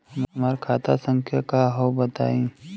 हमार खाता संख्या का हव बताई?